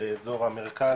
לאזור המרכז.